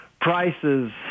Prices